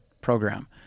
program